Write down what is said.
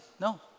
No